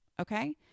Okay